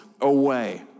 away